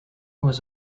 was